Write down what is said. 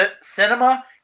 cinema